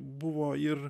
buvo ir